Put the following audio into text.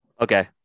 Okay